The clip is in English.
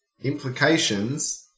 implications